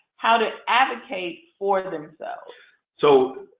how to advocate for themselves so